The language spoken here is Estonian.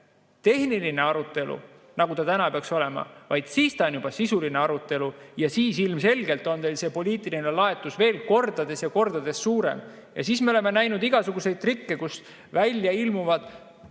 tehniline arutelu, nagu ta täna peaks olema, vaid on juba sisuline arutelu. Siis ilmselgelt on teil see poliitiline laetus veel kordades ja kordades suurem. Siis me oleme näinud igasuguseid trikke, kus välja ilmuvad